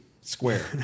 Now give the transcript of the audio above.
square